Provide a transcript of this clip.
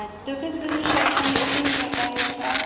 اچھا تۄہہِ کٕژ بَجے چھِ آسان یہِ اوٚپنِنٛگ کیاہ ٹایِمِنگ چھ اَتھ